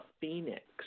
phoenix